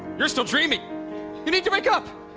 you're still dreaming. you need to wake up,